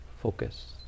focus